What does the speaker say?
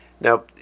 Now